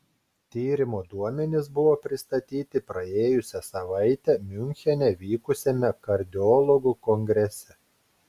tyrimo duomenys buvo pristatyti praėjusią savaitę miunchene vykusiame kardiologų kongrese